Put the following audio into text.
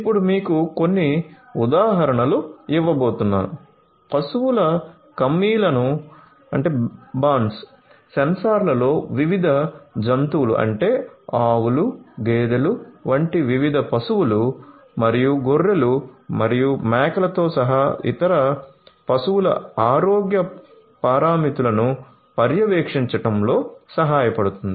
ఇప్పుడు మీకు కొన్ని ఉదాహరణలు ఇవ్వబోతున్నాను పశువుల కమ్మీలన మరియు గొర్రెలు మరియు మేకలతో సహా ఇతర పశువుల ఆరోగ్య పారామితులను పర్యవేక్షించడంలో సహాయపడుతుంది